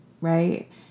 right